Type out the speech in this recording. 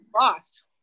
lost